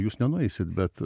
jūs nenueisit bet